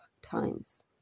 times